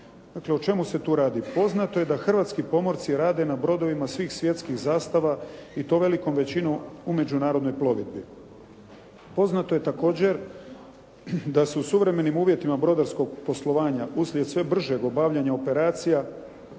Dakle o čemu se tu radi? Poznato je da hrvatski pomorci rade na brodovima svih svjetskih zastava i to velikom većinom u međunarodnoj plovidbi. Poznato je također da se u suvremenim uvjetima brodarskog poslovanja uslijed sve bržeg obavljanja operacija